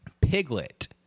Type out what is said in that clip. Piglet